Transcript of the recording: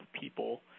people